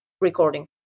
recording